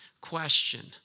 question